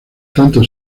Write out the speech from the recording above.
tanto